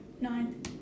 nine